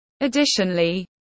Additionally